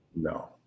No